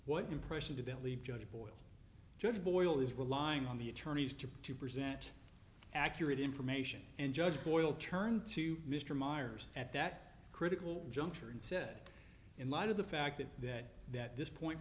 what impression to believe judge boyle judge boyle is relying on the attorneys to to present accurate information and judge boyle turn to mr meyers at that critical juncture and said in light of the fact that that that this point